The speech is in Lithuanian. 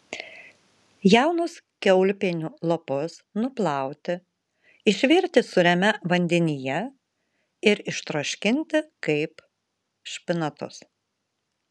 jaunus kiaulpienių lapus nuplauti išvirti sūriame vandenyje ir ištroškinti kaip špinatus